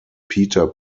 peter